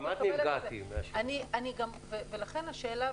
ולכן השאלה,